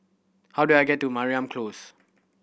how do I get to Mariam Close